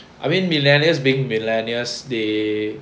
I mean millennials being millennials they